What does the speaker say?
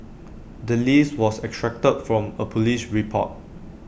the list was extracted from A Police report